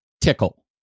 tickle